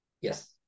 yes